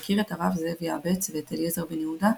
והכיר את הרב זאב יעבץ ואת אליעזר בן-יהודה,